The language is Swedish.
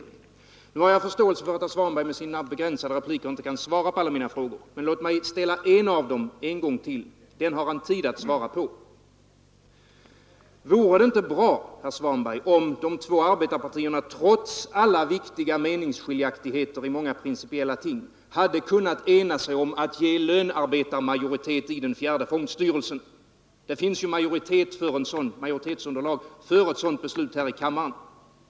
24 maj 1973 Jag har förståelse för att herr Svanberg i sina begränsade repliker inte kan svara på alla mina frågor. Men låt mig ställa en av dem en gång till; Allmänna pensionsden har han tid att svara på. Vore det inte bra, herr Svanberg, om de två fondens förvaltning, m.m. arbetarpartierna, trots alla viktiga meningsskiljaktigheter i många principiella ting, hade kunnat enas om att ge den fjärde fondstyrelsen en lönearbetarmajoritet? Det finns ju majoritetsunderlag för ett sådant beslut här i kammaren.